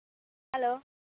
hello